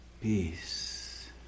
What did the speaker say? Peace